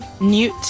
newt